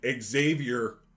Xavier